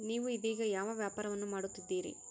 ನೇವು ಇದೇಗ ಯಾವ ವ್ಯಾಪಾರವನ್ನು ಮಾಡುತ್ತಿದ್ದೇರಿ?